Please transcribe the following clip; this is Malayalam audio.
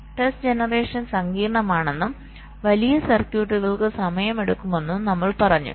ടെസ്റ്റ് ജനറേഷൻ സങ്കീർണ്ണമാണെന്നും വലിയ സർക്യൂട്ടുകൾക്ക് സമയമെടുക്കുമെന്നും നമ്മൾ പറഞ്ഞു